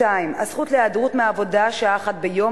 2. הזכות להיעדרות מהעבודה שעה אחת ביום